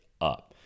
up